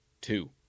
two